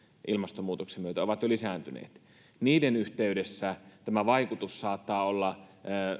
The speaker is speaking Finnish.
ilmastonmuutoksen myötä ja ovat jo lisääntyneet yhteydessä tämä vaikutus saattaa olla